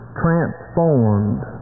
transformed